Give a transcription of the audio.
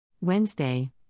Wednesday